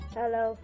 Hello